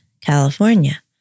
California